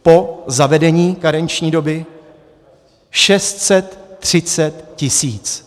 Po zavedení karenční doby 630 tisíc.